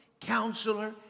Counselor